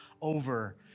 over